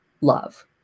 love